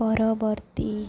ପରବର୍ତ୍ତୀ